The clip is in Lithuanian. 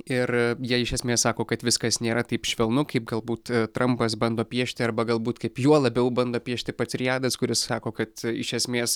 ir jie iš esmės sako kad viskas nėra taip švelnu kaip galbūt trampas bando piešti arba galbūt kaip juo labiau bando piešti pats rijadas kuris sako kad iš esmės